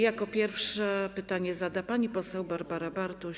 Jako pierwsza pytanie zada pani poseł Barbara Bartuś.